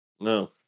No